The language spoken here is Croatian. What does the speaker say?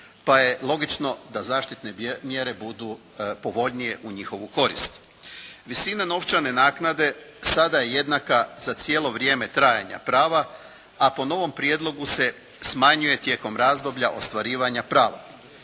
pa je logično da zaštitne mjere budu povoljnije u njihovu korist. Visina novčane naknade sada je jednaka za cijelo vrijeme trajanja prava, a po novom prijedlogu se smanjuje tijekom razdoblja ostvarivanja prava.